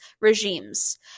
regimes